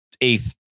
eighth